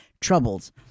troubles